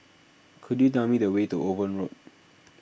could you tell me the way to Owen Road